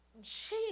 Jesus